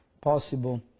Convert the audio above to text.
possible